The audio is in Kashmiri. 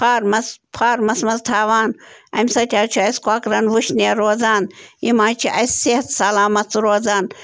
فارمَس فارمَس منٛز تھاوان اَمہِ سۭتۍ حظ چھِ اَسہِ کۄکرَن وٕشنیر روزان یِم حظ چھِ اَسہِ صحت سلامَت روزان